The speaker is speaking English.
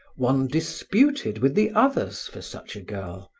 one disputed with the others for such a girl,